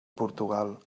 portugal